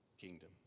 kingdom